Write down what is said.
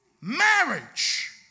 Marriage